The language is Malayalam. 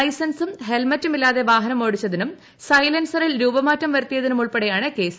ലൈസൻസും ഹെൽമെറ്റും ഇല്ലാതെ വാഹനമോടിച്ചതിനും സൈലൻസറിൽ രൂപമാറ്റം വരുത്തിയതിനും ഉൾപ്പെടെയാണ് കേസ്